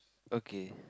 okay